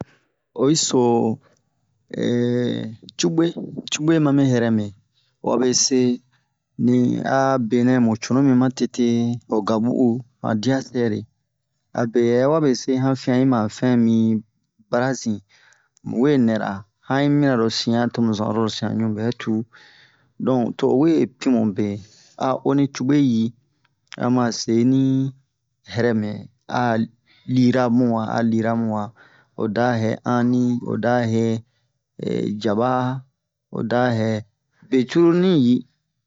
Oyi so cubwe cubwe ma mi hɛrɛme wabe se ni a benɛ mu cunu mi ma tete ho gabu'u han dia sɛre abe hɛ wabe se heyɛ hanfi'an yi ma fɛn mi bara zin mu we nɛra han yi mina lo sian to mu zan oro lo sian ɲu bɛ tu don to o we pimu be a o ni cubwe yi a ma seni hɛrɛme a lira mu wa a lira mu wa o da hɛ anni o da hɛ jaba o da hɛ be cruru ni yi